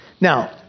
Now